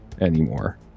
anymore